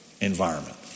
environment